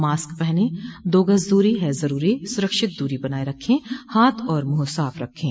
mask पहनें दो गज़ दूरी है ज़रूरी सुरक्षित दूरी बनाए रखें हाथ और मुंह साफ़ रखें